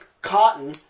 cotton